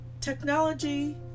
Technology